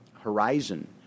horizon